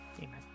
Amen